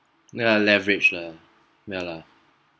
there are leverage lah yeah lah